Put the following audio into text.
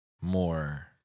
more